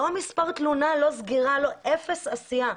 לא מספר תלונה, לא סגירה אפס עשייה.